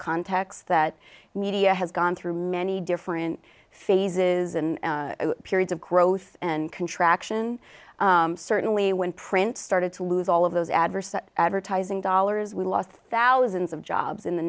context that media has gone through many different phases and periods of growth and contraction certainly when print started to lose all of those adverse that advertising dollars we lost thousands of jobs in the